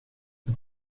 het